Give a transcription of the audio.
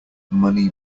money